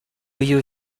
you